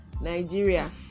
nigeria